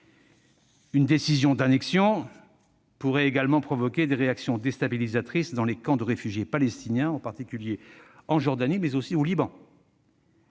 Une décision d'annexion pourrait également provoquer des réactions déstabilisatrices dans les camps de réfugiés palestiniens, en particulier en Jordanie et au Liban.